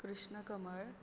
कृष्ण कमळ